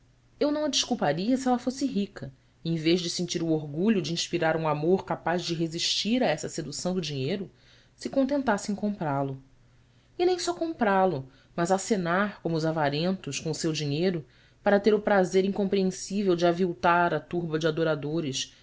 eu não a desculparia se ela fosse rica e em vez de sentir o orgulho de inspirar um amor capaz de resistir a essa sedução do dinheiro se contentasse em comprá lo e nem só comprá lo mas acenar como os avarentos com o seu dinheiro para ter o prazer incompreensível de aviltar a turba de adoradores